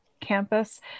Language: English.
campus